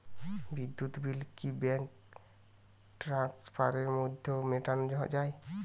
বিদ্যুৎ বিল কি ব্যাঙ্ক ট্রান্সফারের মাধ্যমে মেটানো য়ায়?